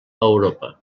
europa